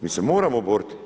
Mi se moramo boriti.